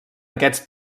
aquests